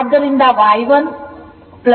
ಆದ್ದರಿಂದ Y Y 1 Y 2